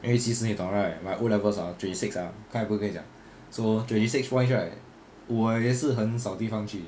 then 其实你懂 right my O levels ah twenty-six ah 刚才不是跟你讲 so twenty-six points right 我也是很少地方去